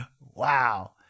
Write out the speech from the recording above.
Wow